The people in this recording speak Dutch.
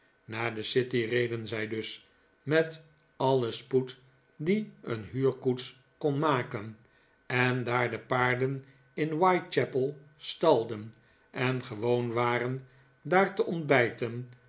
naar de city reden zij dus met alien spoed dien een huurkoets kon maken en daar de paarden in whitechapel stalden en gewoon waren daar te ontbijten